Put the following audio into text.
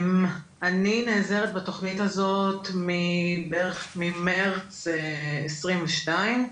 אני נעזרת בתוכנית הזאת בערך ממרץ 2022,